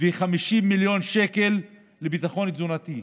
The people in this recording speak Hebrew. ו-50 מיליון שקל, לביטחון תזונתי.